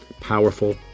Powerful